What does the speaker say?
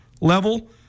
level